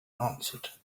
answered